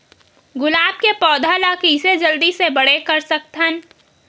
गुलाब के पौधा ल कइसे जल्दी से बड़े कर सकथन?